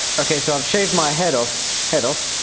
okay so i have shaved my head off head off?